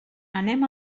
anem